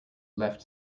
left